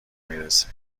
میرسه